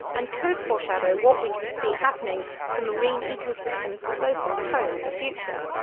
and could foreshadow what we could see happening to marine ecosystems closer to home in the future.